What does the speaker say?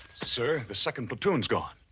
sir, the second platoon's gone.